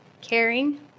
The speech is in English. caring